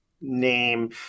name